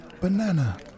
banana